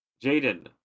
Jaden